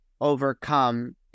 overcome